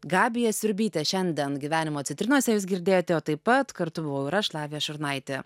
gabija siurbytė šiandien gyvenimo citrinose jūs girdėjote o taip pat kartu buvau ir aš lavija šurnaitė